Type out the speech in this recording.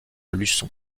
luçon